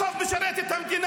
הרי בסוף זה משרת את המדינה,